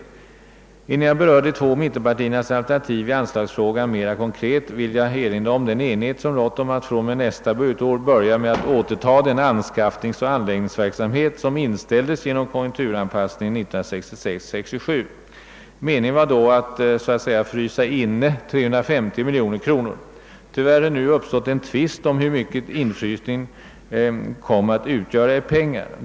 Innan jag mer konkret berör de två mittenpartiernas alternativ i anslagsfrågan vill jag erinra om den enighet som rått om att fr.o.m. nästa budgetår börja återta den anskaffningsoch anläggningsverksamhet som inställdes genom konjunkturanpassningen 1966/67. Meningen var då att »frysa inne» 350 miljoner kronor. Det har tyvärr upp stått tvist om hur mycket infrysningen kom att utgöra i pengar.